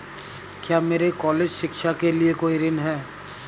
क्या मेरे कॉलेज शिक्षा के लिए कोई ऋण है?